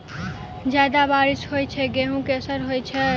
जियादा बारिश होइ सऽ गेंहूँ केँ असर होइ छै?